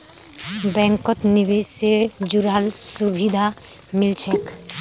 बैंकत निवेश से जुराल सुभिधा मिल छेक